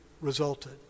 resulted